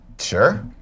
Sure